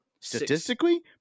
statistically